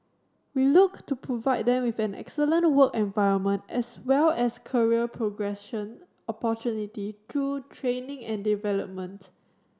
we look to provide them with an excellent work environment as well as career progression opportunity through training and development